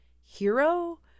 hero